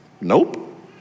Nope